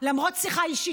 למרות שיחה אישית,